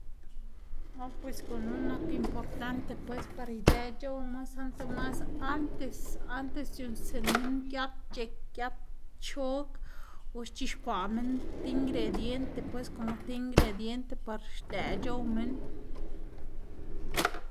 ah pues gunu nak importante pues par idëꞌ c̲h̲owma saꞌnde mas antes antes c̲h̲uꞌnnstsiꞌn minn giat, c̲h̲eꞌk giat chog, o xc̲h̲ixkwaꞌ minn ti ingrediente pues como ti ingrediente pues par xdëꞌ c̲h̲ow minn.